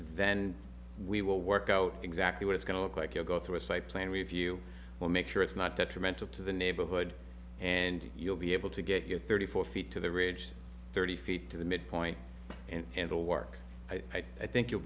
then we will work out exactly what it's going to look like you go through a site plan review well make sure it's not detrimental to the neighborhood and you'll be able to get your thirty four feet to the ridge thirty feet to the midpoint in the work i think you'll